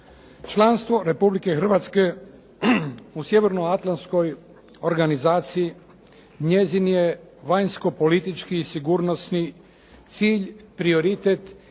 Članstvo Republike Hrvatske u Sjevernoatlantskoj organizaciji njezin je vanjsko politički i sigurnosni cilj, prioritet